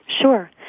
Sure